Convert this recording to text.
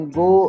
go